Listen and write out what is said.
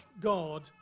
God